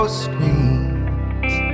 screens